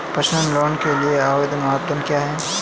Personal loan के लिए पात्रता मानदंड क्या हैं?